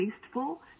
tasteful